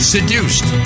Seduced